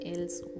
else